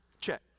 Check